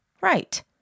Right